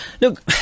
Look